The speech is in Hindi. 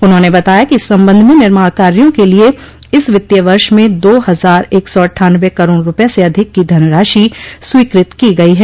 उन्होंने बताया कि इस संबंध में निर्माण कार्यो के लिये इस वित्तीय वर्ष में दो हजार एक सौ अट्टानवे करोड़ रूपये से अधिक की धनराशि स्वीकृत की गई है